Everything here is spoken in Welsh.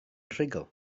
rhugl